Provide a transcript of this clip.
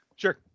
Sure